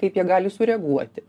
kaip jie gali sureaguoti